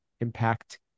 impact